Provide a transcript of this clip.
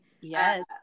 Yes